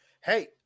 Hey